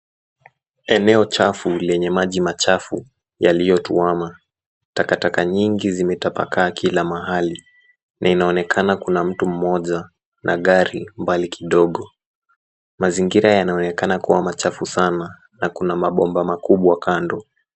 Eneo chafu lenye maji machafu yaliyotuama. Takataka nyingi zimetapakaa kila mahali na inaonekana kuna mtu mmoja na gari mbali kidogo. Mazingira yanaonekana kuwa machafu sana na kuna mabomba makubwa kando.